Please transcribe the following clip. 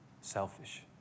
selfish